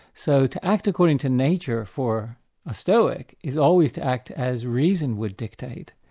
so to act according to nature for a stoic is always to act as reason would dictate,